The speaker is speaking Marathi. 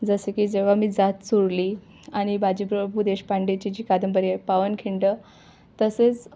जसं की जेव्हा मी जात चोरली आणि बाजीप्रभु देशपांडेची जी कादंबरी आहे पावन खिंड तसेच